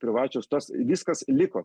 privačios tas viskas liko